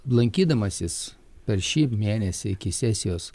lankydamasis per šį mėnesį iki sesijos